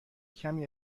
کمی